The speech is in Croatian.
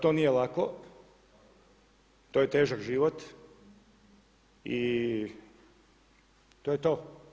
To nije lako, to je težak život i to je to.